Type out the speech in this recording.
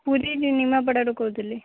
ପୁରୀ ନିମାପଡ଼ାରୁ କହୁଥିଲି